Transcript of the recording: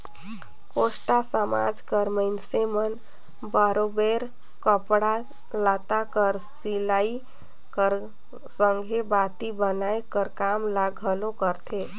कोस्टा समाज कर मइनसे मन बरोबेर कपड़ा लत्ता कर सिलई कर संघे बाती बनाए कर काम ल घलो करथे